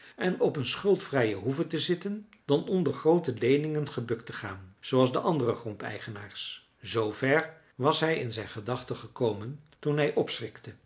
en op een schuldvrije hoeve te zitten dan onder groote leeningen gebukt te gaan zooals de andere grondeigenaars zver was hij in zijn gedachten gekomen toen hij